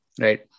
Right